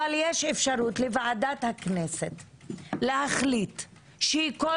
אבל יש אפשרות לוועדת הכנסת להחליט שהיא כל